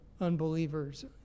unbelievers